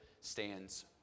stands